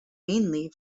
mainly